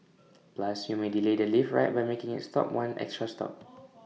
plus you may delay the lift ride by making IT stop one extra stop